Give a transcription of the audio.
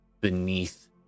beneath